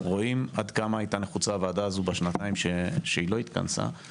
רואים עד כמה הייתה נחוצה הוועדה הזו בשנתיים שהיא לא התכנסה,